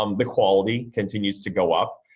um the quality continues to go up,